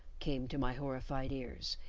came to my horrified ears,